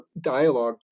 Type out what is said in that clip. dialogue